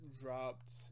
dropped